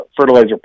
fertilizer